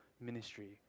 ministry